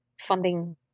funding